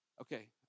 Okay